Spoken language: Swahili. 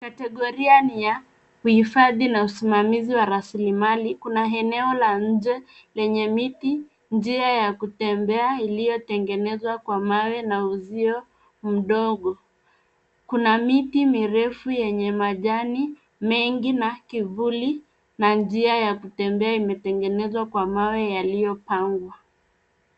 Kategoria ni ya uhifadhi na usimamizi wa rasilimali. Kuna eneo la nje lenye miti, njia ya kutembea iliyotengenezwa kwa mawe na uzio mdogo. Kuna miti mirefu yenye majani mengi na kivuli na njia ya kutembea imetengenezwa kwa mawe yaliyopangwa.